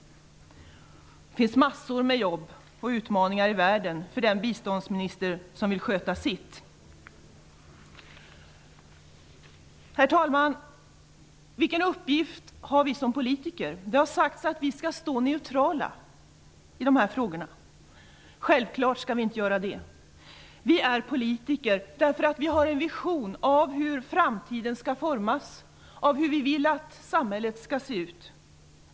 Det finns massor med jobb och utmaningar i världen för den biståndsminister som vill sköta sitt arbete. Herr talman! Vilken uppgift har vi som politiker? Det har sagts att vi skall stå neutrala i dessa frågor. Det skall vi självfallet inte göra. Vi är politiker därför att vi har en vision av hur framtiden skall formas och av hur samhället skall se ut.